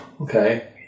okay